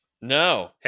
No